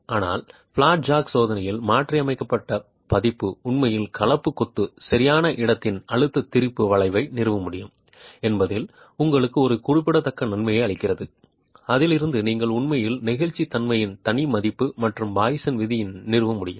ஆனால் flat jack சோதனையின் மாற்றியமைக்கப்பட்ட பதிப்பு உண்மையில் கலப்பு கொத்து சரியான இடத்தின் அழுத்த திரிபு வளைவை நிறுவ முடியும் என்பதில் உங்களுக்கு ஒரு குறிப்பிடத்தக்க நன்மையை அளிக்கிறது அதில் இருந்து நீங்கள் உண்மையில் நெகிழ்ச்சித்தன்மையின் தனி மதிப்பு மற்றும் பாய்சனின் விகிதத்தை நிறுவ முடியும்